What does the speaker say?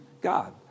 God